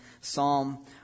Psalm